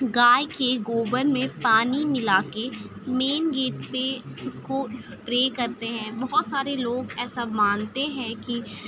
گائے کے گوبر میں پانی ملا کے مین گیٹ پہ اس کو اسپرے کرتے ہیں بہت سارے لوگ ایسا مانتے ہیں کہ